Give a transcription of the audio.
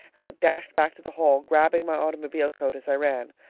and i dashed back to the hall, grabbing my automobile coat as i ran.